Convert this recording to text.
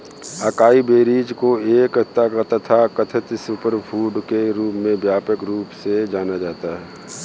acai berries को एक तथाकथित सुपरफूड के रूप में व्यापक रूप से जाना जाता है